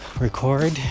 Record